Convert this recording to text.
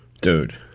Dude